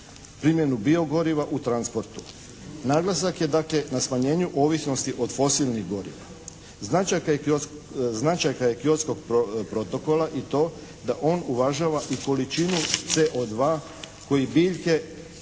primjenu bio goriva u transportu. Naglasak je dakle na smanjenju ovisnosti od fosilnih goriva. Značajka je Kyotskog protokola i to da on uvažava i količinu CO2 koji biljke